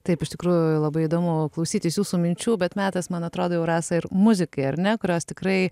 taip iš tikrųjų labai įdomu klausytis jūsų minčių bet metas man atrado jau rasa ir muzikai ar ne kurios tikrai